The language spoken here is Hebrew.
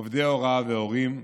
עובדי הוראה והורים.